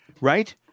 right